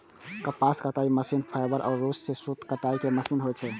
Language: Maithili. कपास कताइ मशीन फाइबर या रुइ सं सूत कताइ के मशीन होइ छै